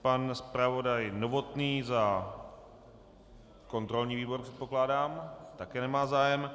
Pan zpravodaj Novotný za kontrolní výbor předpokládám také nemá zájem.